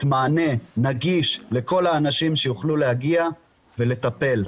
מענה נגיש לכל האנשים שיוכלו להגיע ולטפל,